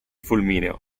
fulmineo